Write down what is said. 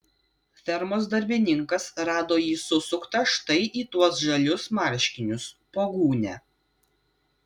fermos darbininkas rado jį susuktą štai į tuos žalius marškinius po gūnia